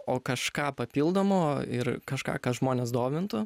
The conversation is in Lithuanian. o kažką papildomo ir kažką kas žmones domintų